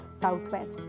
southwest